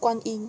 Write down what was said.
观音